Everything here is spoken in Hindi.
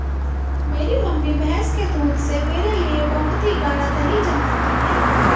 मेरी मम्मी भैंस के दूध से मेरे लिए बहुत ही गाड़ा दही जमाती है